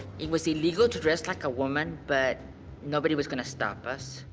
it was illegal to dress like a woman, but nobody was going to stop us.